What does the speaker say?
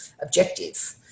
objective